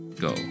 go